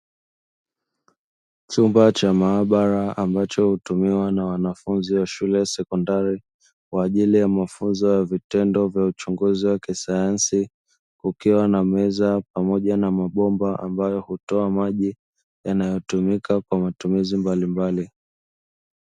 Chumba cha maabara ambacho hutumiwa na wanafunzi wa shule ya sekondari kwa ajili ya mafunzo vitendo vya uchunguzi wa kisayansi, kukiwa na meza pamoja na mabomba ambayo hutoa maji yanayotumika kwa matumizi mbalimbali.